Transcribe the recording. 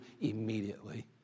immediately